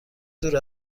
دور